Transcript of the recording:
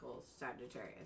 Sagittarius